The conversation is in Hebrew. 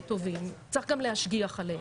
טובים, צריך גם להשגיח עליהם.